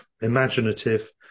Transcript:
imaginative